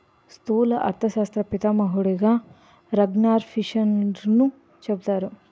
స్థూల అర్థశాస్త్ర పితామహుడుగా రగ్నార్ఫిషర్ను చెబుతారు